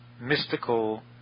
mystical